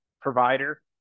provider